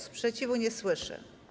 Sprzeciwu nie słyszę.